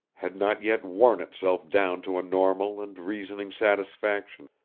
had not yet worn itself down to a normal and reasoning satisfaction,